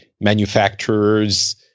manufacturers